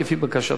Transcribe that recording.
כפי בקשתך.